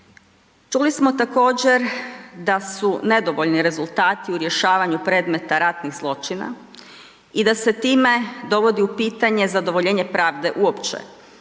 Čuli smo također da su nedovoljni rezultati u rješavanju predmeta ratnih zločina i da se time dovodi u pitanje zadovoljenje pravde uopće,